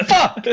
Fuck